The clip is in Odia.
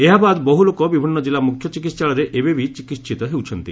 ଏହା ବାଦ୍ ବହୁ ଲୋକ ବିଭିନ୍ତ ଚିଲ୍ଲା ମୁଖ୍ୟ ଚିକିହାଳୟରେ ଏବେ ବି ଚିକିହିତ ହେଉଛନ୍ତି